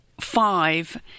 five